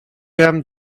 hen